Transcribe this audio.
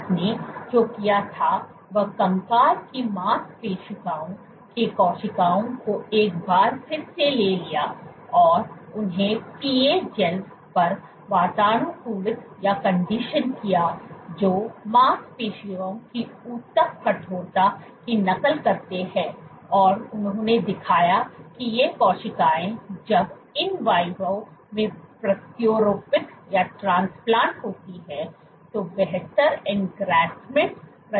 उसने जो किया था वह कंकाल की मांसपेशियों की कोशिकाओं को एक बार फिर से ले लिया और उन्हें पीए जैल पर वातानुकूलित किया जो मांसपेशियों की ऊतक कठोरता की नकल करते हैं और उन्होंने दिखाया कि ये कोशिकाएं जब in vivo में प्रत्यारोपित होती हैं तो बेहतर engraftment प्रदर्शित करती हैं